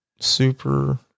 super